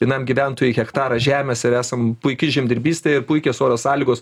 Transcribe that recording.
vienam gyventojui hektarą žemės ir esam puiki žemdirbystė ir puikios oro sąlygos